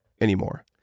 anymore